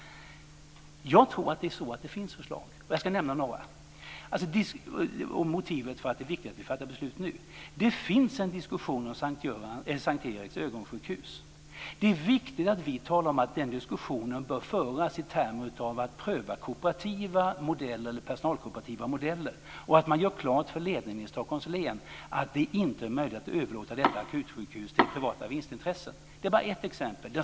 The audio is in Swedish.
Jag tror att det finns förslag, och jag kan nämna några av dem och motivet för att det är viktigt att vi fattar beslut nu. Det förs en diskussion om S:t Eriks ögonsjukhus. Det är viktigt att vi talar om att den diskussionen bör föras i termer av att vi bör pröva kooperativa modeller eller personalkooperativa modeller och att man gör klart för ledningen i Stockholms län att det inte är möjligt att överlåta detta akutsjukhus till privata vinstintressen. Det var ett exempel.